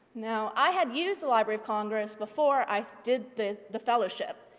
now i had used the library of congress before i did the the fellowship,